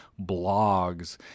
blogs